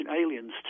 Aliens